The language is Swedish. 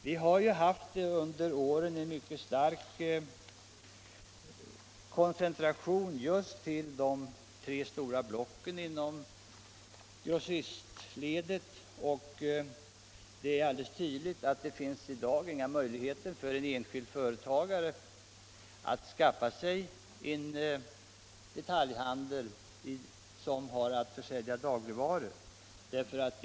Det har ju under åren skett en mycket stark koncentration till de tre stora block som dominerar grossistledet, och det är alldeles tydligt att det finns i dag inga möjligheter för en enskild företagare att starta försäljning av dagligvaror inom detaljhandeln.